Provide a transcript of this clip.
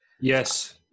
yes